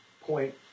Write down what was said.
point